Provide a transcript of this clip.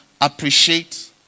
appreciate